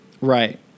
Right